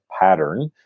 pattern